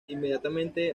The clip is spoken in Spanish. inmediatamente